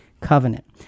covenant